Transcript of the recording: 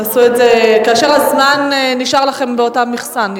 כאשר הזמן נשאר לכם באותה מכסה.